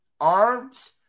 arms